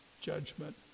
judgment